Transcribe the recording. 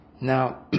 Now